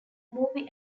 movie